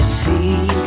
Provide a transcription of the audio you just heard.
see